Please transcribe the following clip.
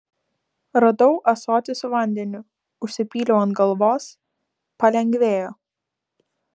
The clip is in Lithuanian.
radau ąsotį su vandeniu užsipyliau ant galvos palengvėjo